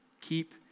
Keep